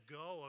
go